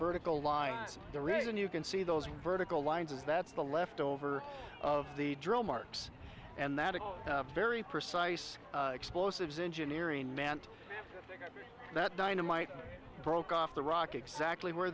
reason you can see those vertical lines is that's the leftover of the drill marks and that is a very precise explosives engineering mant that dynamite broke off the rock exactly where